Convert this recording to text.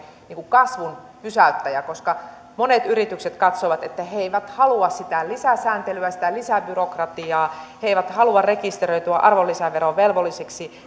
kasvun pysäyttäjä koska monet yritykset katsovat että he eivät halua sitä lisäsääntelyä sitä lisäbyrokratiaa he eivät halua rekisteröityä arvonlisäverovelvollisiksi